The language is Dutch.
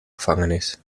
gevangenis